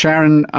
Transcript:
sharon,